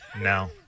No